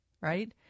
right